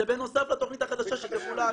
זה בנוסף לתכנית החדשה שתחולק.